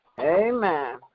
amen